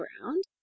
ground